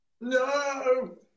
No